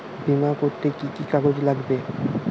বিমা করতে কি কি কাগজ লাগবে?